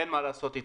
אין מה לעשות איתו.